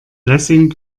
lessing